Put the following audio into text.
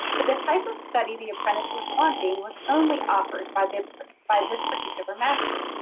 but the type of study the apprentice was wanting was only offered by the by this particular master,